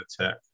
Tech